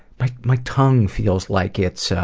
but my tongue feels like it's.